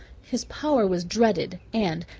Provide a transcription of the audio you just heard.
his power was dreaded, and,